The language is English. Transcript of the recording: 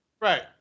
Right